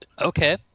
Okay